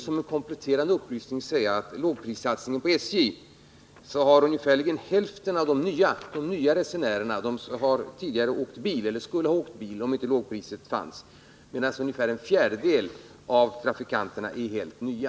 Som en kompletterande upplysning kan jag säga beträffande lågprissatsningen på SJ att ungefär hälften av de nya resenärerna är sådana som tidigare skulle ha åkt bil om inte lågpriset fanns och att ungefär en fjärdedel av trafikanterna är helt nya.